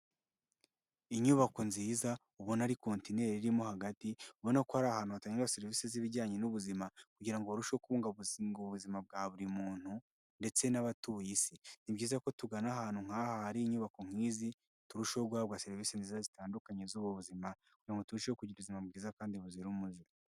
Inyubako nziza ubona ari kontineri irimo hagati, ubona ko ari ahantu hatangagirwa serivise z'ibijyanye n'ubuzima kugira ngo barusheho kubungabuga ubuzima bwa buri muntu ndetse n'abatuye isi, ni byiza ko tugana ahantu nk'aha hari inyubako nk'izi, turushaho guhabwa serivise nziza zitandukanye z'ubu buzima, kugra ngo turusheho kugira ubuzima bwiza kandi buzira umuze.